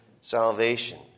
salvation